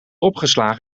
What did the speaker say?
opgeslagen